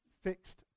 fixed